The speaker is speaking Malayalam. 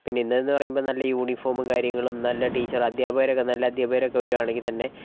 പിന്നെ ഇന്നെന്ന് പറയുമ്പോൾ നല്ല യൂണിഫോമും കാര്യങ്ങളും നല്ല ടീച്ചര് അധ്യാപകരൊക്കെ നല്ല അധ്യാപകരൊക്കെ വരുവാണെങ്കിൽ തന്നെ